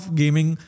gaming